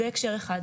זה הקשר אחד.